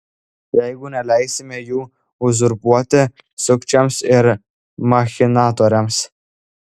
jeigu neleisime jų uzurpuoti sukčiams ir machinatoriams